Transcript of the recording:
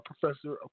professor